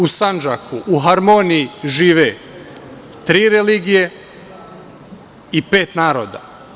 U Sandžaku u haromniji žive tri religije i pet naroda.